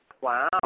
Wow